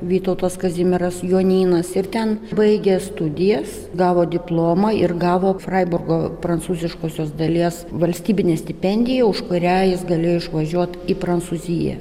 vytautas kazimieras jonynas ir ten baigęs studijas gavo diplomą ir gavo fraiburgo prancūziškosios dalies valstybinę stipendiją už kurią jis galėjo išvažiuot į prancūziją